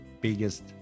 biggest